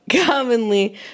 commonly